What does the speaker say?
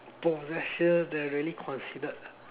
possessions that really considered